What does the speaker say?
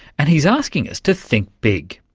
and he's asking us to think big.